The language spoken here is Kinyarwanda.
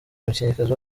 umukinnyikazi